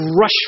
rush